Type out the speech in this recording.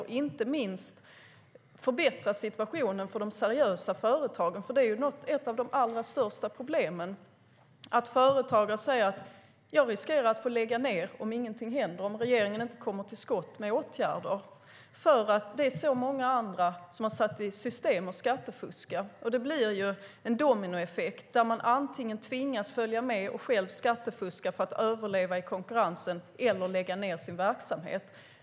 Inte minst skulle vi kunna förbättra situationen för de seriösa företagen. Det är nämligen ett av de allra största problemen: Företagare säger att de riskerar att få lägga ned om ingenting händer och om regeringen inte kommer till skott med åtgärder. När så många andra har satt i system att skattefuska blir det ju en dominoeffekt där man tvingas antingen följa med och själv skattefuska, för att överleva i konkurrensen, eller lägga ned sin verksamhet.